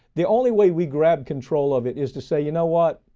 the only way we grab control of it is to say, you know what,